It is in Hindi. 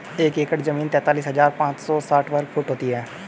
एक एकड़ जमीन तैंतालीस हजार पांच सौ साठ वर्ग फुट होती है